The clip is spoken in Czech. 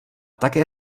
také